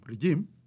regime